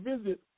visit